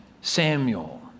Samuel